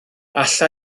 alla